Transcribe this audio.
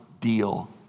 deal